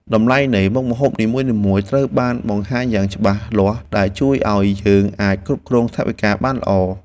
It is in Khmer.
តម្លៃនៃមុខម្ហូបនីមួយៗត្រូវបានបង្ហាញយ៉ាងច្បាស់លាស់ដែលជួយឱ្យយើងអាចគ្រប់គ្រងថវិកាបានល្អ។